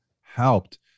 helped